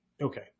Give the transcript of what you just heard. Okay